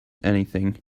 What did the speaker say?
anything